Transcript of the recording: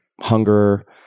hunger